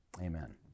Amen